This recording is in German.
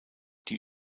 die